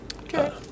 Okay